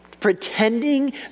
pretending